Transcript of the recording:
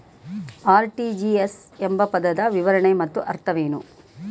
RTGS ಎಂಬ ಪದದ ವಿವರಣೆ ಮತ್ತು ಅರ್ಥವೇನು?